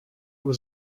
was